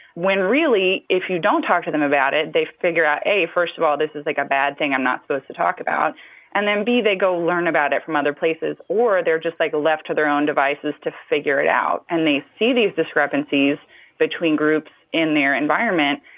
when really, if you don't talk to them about it, they figure out, a, first of all, this is, like, a bad thing i'm not supposed to talk about and then, b, they go learn about it from other places or they're just, like, left to their own devices to figure it out. and they see these discrepancies between groups in their environment,